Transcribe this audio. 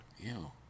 Ew